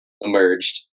emerged